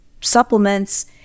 supplements